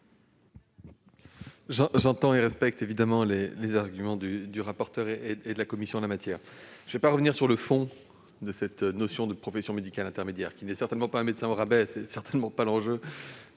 J'entends et respecte, évidemment, les arguments du rapporteur et de la commission. Je ne vais pas revenir sur le fond de cette notion de profession médicale intermédiaire. Il ne s'agit certainement pas de médecins au rabais- l'enjeu n'est absolument pas là, et